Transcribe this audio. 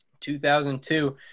2002